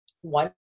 one